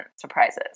surprises